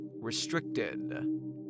Restricted